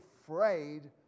afraid